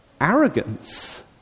arrogance